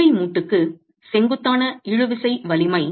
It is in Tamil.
படுக்கை மூட்டுக்கு செங்குத்தான இழுவிசை வலிமை